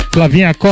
Flavinha